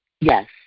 yes